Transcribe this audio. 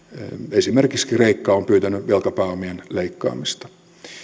esimerkiksi kreikka on pyytänyt velkapääomien leikkaamista